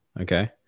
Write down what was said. okay